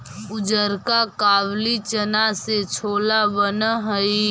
उजरका काबली चना से छोला बन हई